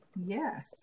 Yes